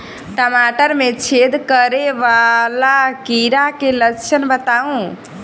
टमाटर मे छेद करै वला कीड़ा केँ लक्षण बताउ?